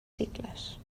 cicles